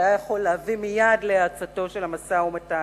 שהיה יכול להביא מייד להאצתו של המשא-ומתן.